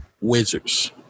Wizards